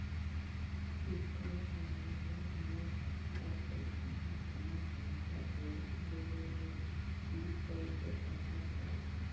पिछला महिना हमर खाता से काहां काहां पैसा भेजल गेले हे इ कैसे पता चलतै?